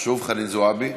שוב חנין זועבי.